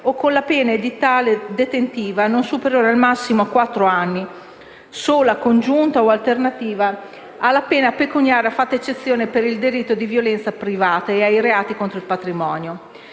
o con la pena edittale detentiva non superiore nel massimo a quattro anni, sola, congiunta o alternativa alla pena pecuniaria, fatta eccezione per il delitto di violenza privata ed ai reati contro il patrimonio.